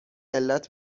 علت